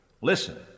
listen